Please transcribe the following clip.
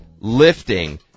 lifting